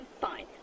Fine